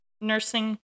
Nursing